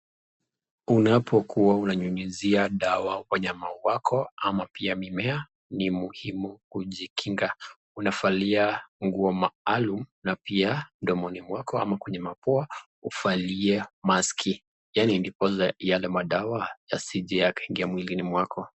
Unapokuwa unayunyizia dawa wanyama wako ama pia mimea ni muhimu kujikinga. Unavalia nguo maalum na pia mdomoni mwako ama kwenye mapua uvalie maski yaani ndiposa yale madawa yasije yakaingia mwilini mwako.